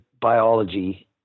biology